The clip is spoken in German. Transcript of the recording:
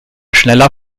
schneller